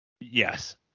yes